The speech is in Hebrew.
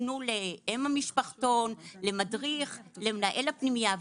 יפנו לאם המשפחתון, למדריך, למנהל הפנימייה.